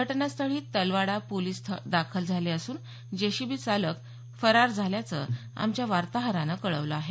घटनास्थळी तलवाडा पोलीस दाखल झाले असून जेसीबी चालक फरार झाल्याचं आमच्या वार्ताहरानं कळवलं आहे